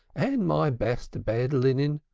and my best bed-linen.